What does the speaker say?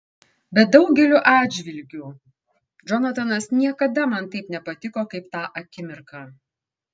bet daugeliu atžvilgių džonatanas niekada man taip nepatiko kaip tą akimirką